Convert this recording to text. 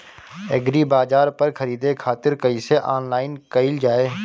एग्रीबाजार पर खरीदे खातिर कइसे ऑनलाइन कइल जाए?